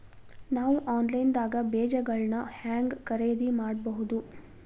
ನಾವು ಆನ್ಲೈನ್ ದಾಗ ಬೇಜಗೊಳ್ನ ಹ್ಯಾಂಗ್ ಖರೇದಿ ಮಾಡಬಹುದು?